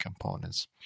components